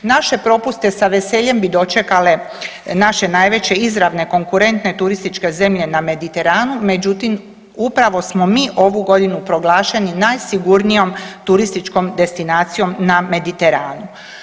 Naše propuste sa veseljem bi dočekale naše najveće izravne konkurentne turističke zemlje na Mediteranu međutim, upravo smo mi ovu godinu proglašeni najsigurnijom turističkom destinacijom na Mediteranu.